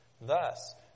Thus